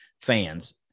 fans